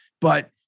But-